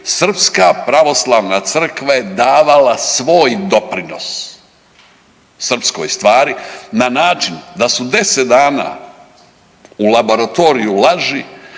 Srpska pravoslavna crkve davala svoj doprinos srpskoj stvari na način da su 10 dana u laboratoriju laži